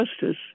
justice